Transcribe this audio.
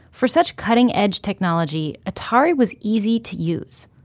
for such cutting-edge technology, atari was easy to use.